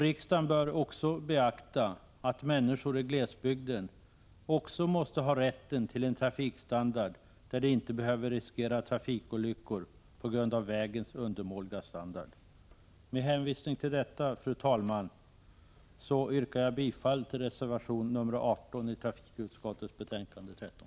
Riksdagen bör beakta att människor i glesbygd också måste ha rätt till en trafikstandard där de inte behöver riskera trafikolyckor på grund av vägens undermåliga standard. Med detta, fru talman, yrkar jag bifall till reservation 18 i trafikutskottets betänkande 13.